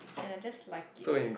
and I just like it